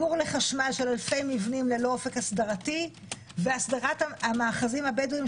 חיבור לחשמל של אלפי מבנים ללא אופק הסדרתי והסדרת המאחזים הבדואיים,